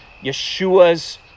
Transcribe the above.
yeshua's